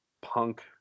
punk